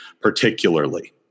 particularly